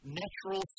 natural